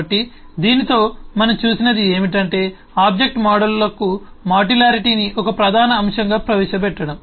కాబట్టి దీనితో మనం చూసినది ఏమిటంటే ఆబ్జెక్ట్ మోడళ్లకు మాడ్యులారిటీని ఒక ప్రధాన అంశంగా ప్రవేశపెట్టడం